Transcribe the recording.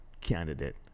candidate